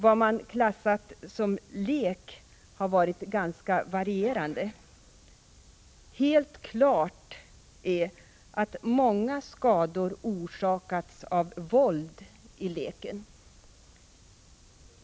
Vad man klassat som ”lek” har varit ganska varierande. Helt klart är att många skador orsakats av våld i leken.